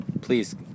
please